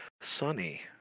sunny